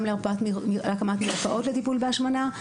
גם להקמת מרפאות לטיפול בהשמנה,